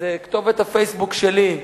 אז כתובת ה"פייסבוק" שלי היא: